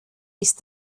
ist